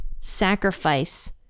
sacrifice